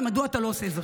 מדוע אתה לא עושה זאת?